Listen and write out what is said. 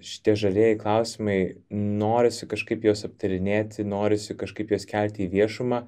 šitie žalieji klausimai norisi kažkaip juos aptarinėti norisi kažkaip juos kelti į viešumą